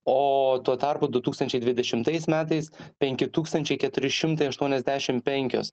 o tuo tarpu du tūkstančiai dvidešimtais metais penki tūkstančiai keturi šimtai aštuoniasdešim penkios